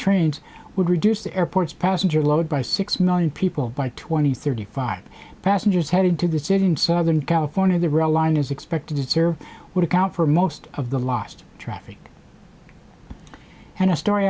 trains would reduce the airport's passenger load by six million people by twenty thirty five passengers headed to the city in southern california the real line is expected here would account for most of the lost traffic and a story